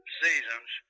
seasons